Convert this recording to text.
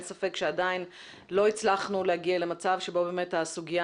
אין ספק שעדיין לא הצלחנו להגיע למצב שבו הסוגיה